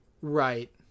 Right